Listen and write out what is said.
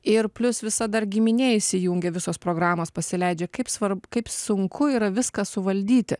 ir plius visa dar giminė įsijungia visos programos pasileidžia kaip svarb kaip sunku yra viską suvaldyti